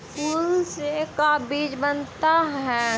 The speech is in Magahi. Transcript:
फूल से का चीज बनता है?